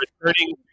returning